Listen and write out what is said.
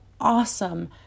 awesome